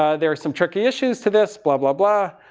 ah there are some tricky issues to this. blah, blah, blah.